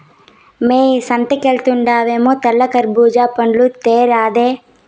మ్మే సంతకెల్తండావేమో తెల్ల కర్బూజా పండ్లు తేరాదా